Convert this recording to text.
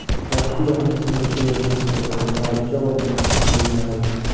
राष्ट्रीय अन्न सुरक्षा योजनेअंतर्गत राजुच्या वडिलांना तांदूळ मिळाला